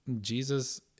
Jesus